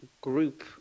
group